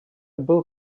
был